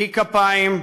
נקי כפיים,